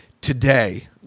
today